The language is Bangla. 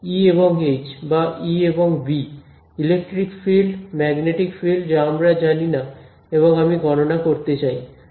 ই এবং এইচ বা ই এবং B electric field magnetic field যা আমি জানি না এবং আমি গণনা করতে চাই